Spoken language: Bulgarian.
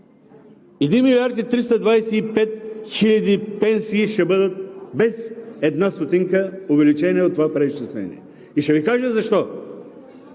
1 милиард и 325 хиляди пенсии ще бъдат без една стотинка увеличение от това преизчисление. И ще Ви кажа защо.